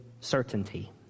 certainty